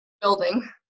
building